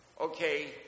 okay